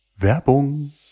Werbung